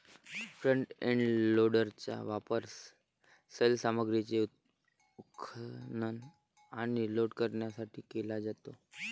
front end लोडरचा वापर सैल सामग्रीचे उत्खनन आणि लोड करण्यासाठी केला जातो